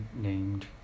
named